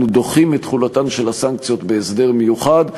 אנחנו דוחים את תחולתן של הסנקציות בהסדר מיוחד.